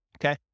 okay